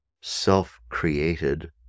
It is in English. self-created